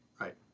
right